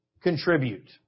contribute